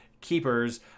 keepers